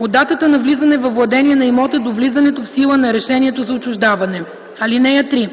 от датата на влизане във владение на имота до влизането в сила на решението за отчуждаване. (3)